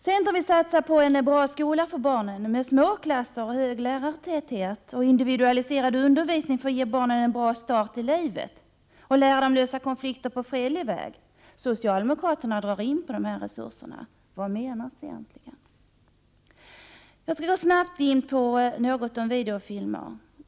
Centern vill satsa på en bra skola för barnen med små klasser, hög lärartäthet och individualiserad undervisning för att ge barnen en bra start i livet och lära dem lösa konflikter på fredlig väg. Socialdemokraterna drar in på dessa resurser. Vad menas egentligen? Jag skall helt kort något beröra frågan om videofilmer.